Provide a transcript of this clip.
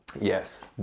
Yes